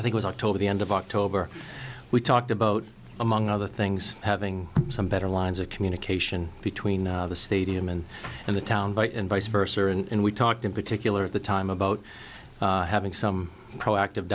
i think was october the end of october we talked about among other things having some better lines of communication between the stadium and and the town but and vice versa and we talked in particular at the time about having some proactive